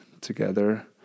together